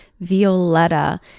Violetta